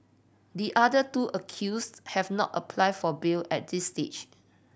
the other two accused have not applied for bail at this stage